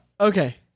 Okay